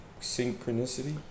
synchronicity